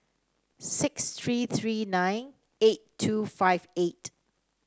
six three three nine eight two five eight